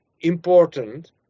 important